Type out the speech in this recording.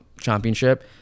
championship